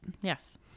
Yes